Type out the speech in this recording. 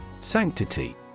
Sanctity